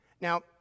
Now